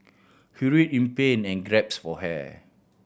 he writhed in pain and gasped for air